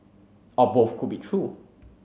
or both could be true